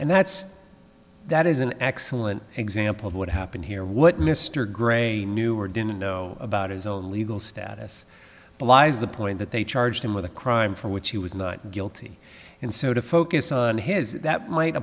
and that's that is an excellent example of what happened here what mr gray knew or didn't know about his own legal status belies the point that they charged him with a crime for which he was not guilty and so to focus on his that might